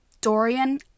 Dorian